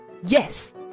Yes